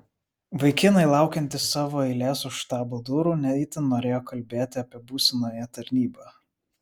vaikinai laukiantys savo eilės už štabo durų ne itin norėjo kalbėti apie būsimąją tarnybą